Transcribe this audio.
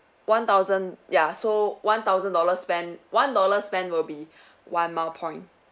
one thousand ya so one thousand dollars spent one dollar spent would be one mile point